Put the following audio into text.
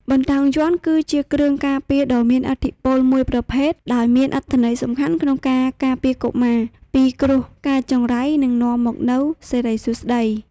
បន្តោងយ័ន្ត គឺជាគ្រឿងការពារដ៏មានឥទ្ធិពលមួយប្រភេទដោយមានអត្ថន័យសំខាន់ក្នុងការ ការពារ កុមារពីគ្រោះកាចចង្រៃ និងនាំមកនូវសិរីសួស្តី។